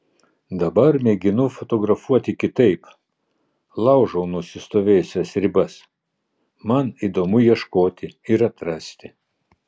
dabar mėginu fotografuoti kitaip laužau nusistovėjusias ribas man įdomu ieškoti ir atrasti